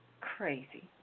Crazy